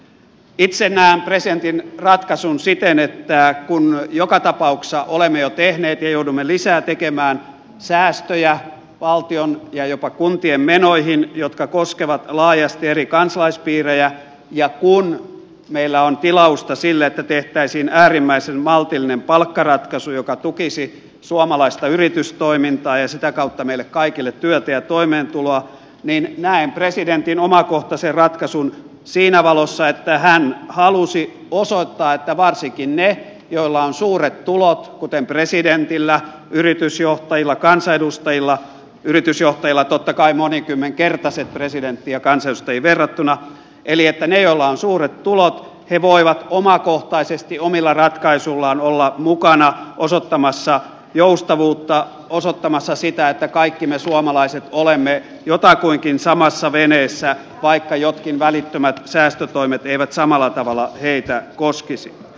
itse näen presidentin ratkaisun siten että kun joka tapauksessa olemme jo tehneet ja joudumme lisää tekemään säästöjä valtion ja jopa kun tien menoihin jotka koskevat laajasti eri kansalaispiirejä ja kun meillä on tilausta sille että tehtäisiin äärimmäisen maltillinen palkkaratkaisu joka tukisi suomalaista yritystoimintaa ja sitä kautta meille kaikille työtä ja toimeentuloa niin näen presidentin omakohtaisen ratkaisun siinä valossa että hän halusi osoittaa että varsinkin ne joilla on suuret tulot kuten presidentillä yritysjohtajilla kansanedustajilla yritysjohtajilla totta kai monikymmenkertaiset presidenttiin ja kansanedustajiin verrattuna eli että ne joilla on suuret tulot he voivat omakohtaisesti omilla ratkaisuillaan olla mukana osoittamassa joustavuutta osoittamassa sitä että kaikki me suomalaiset olemme jotakuinkin samassa veneessä vaikka jotkin välittömät säästötoimet eivät samalla tavalla heitä koskisi